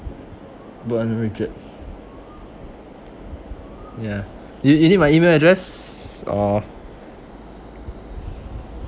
book under richard ya you you need my email address or